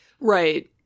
Right